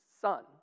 son